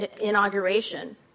inauguration